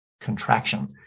contraction